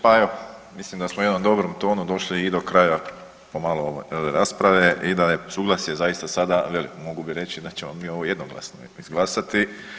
Pa evo mislim da smo u jednom dobrom tonu došli i do kraja pomalo ove rasprave i da je suglasje zaista sada veliko, mogao bi reći da ćemo mi ovo jednoglasno izglasati.